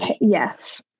Yes